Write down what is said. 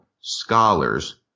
scholars